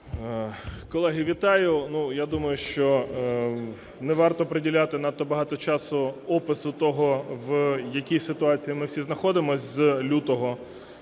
Колеги, вітаю! Ну, я думаю, що не варто приділяти надто багато часу опису того в якій ситуації ми всі знаходимось з лютого.